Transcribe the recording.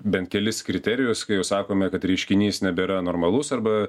bent kelis kriterijus kai jau sakome kad reiškinys nebėra normalus arba